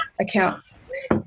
accounts